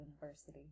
university